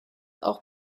auch